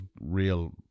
real